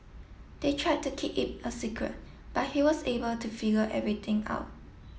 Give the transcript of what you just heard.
they tried to keep it a secret but he was able to figure everything out